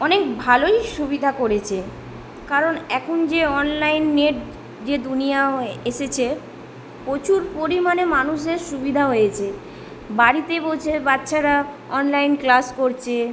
অনেক ভালোই সুবিধা করেছ্রে কারণ এখন যে অনলাইন নেট যে দুনিয়া হয়ে এসেছে প্রচুর পরিমাণে মানুষের সুবিধা হয়েছে বাড়িতে বসে বাচ্চারা অনলাইন ক্লাস করছে